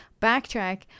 backtrack